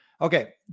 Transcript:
Okay